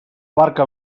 barca